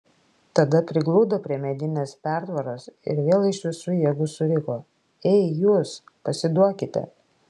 tada prigludo prie medinės pertvaros ir vėl iš visų jėgų suriko ei jūs pasiduokite